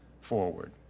forward